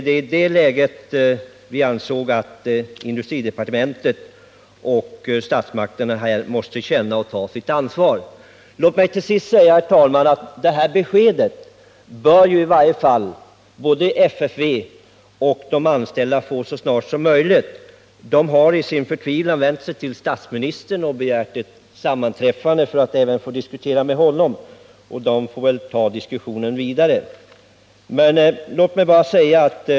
I detta läge ansåg vi att industridepartementet och statsmakterna måste känna och ta sitt ansvar. Detta besked bör i alla fall FFV och de anställda få så snart som möjligt. De hari sin förtvivlan vänt sig till statsministern och begärt ett sammanträffande för att få diskutera med honom, och de får väl föra diskussionen vidare.